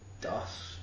dust